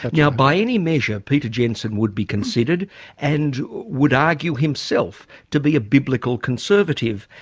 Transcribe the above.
now by any measure, peter jensen would be considered and would argue himself to be a biblical conservative.